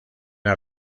las